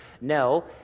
No